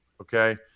okay